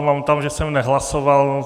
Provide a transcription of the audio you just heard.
Mám tam, že jsem nehlasoval.